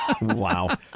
Wow